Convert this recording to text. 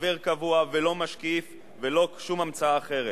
חבר קבוע, ולא משקיף ולא שום המצאה אחרת.